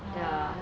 ah